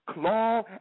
claw